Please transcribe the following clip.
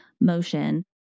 motion